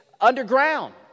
underground